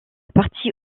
partie